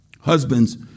Husbands